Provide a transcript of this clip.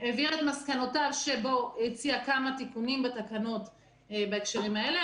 והעביר את מסקנותיו ולפיהם הוא הציע כמה תיקונים בתקנות בהקשרים האלה.